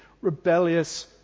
rebellious